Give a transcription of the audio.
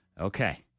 Okay